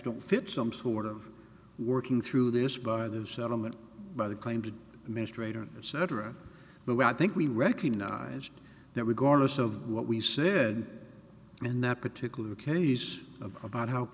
don't fit some sort of working through this by the settlement by the claims of mr rader cetera but i think we recognize that regardless of what we said in that particular case about how